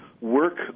work